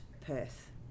Perth